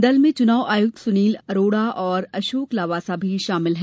दल में चुनाव आयुक्त सुनील अरोडा और अशोक लवासा भी शामिल हैं